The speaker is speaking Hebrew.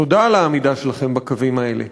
תודה על העמידה שלכם בקווים האלה.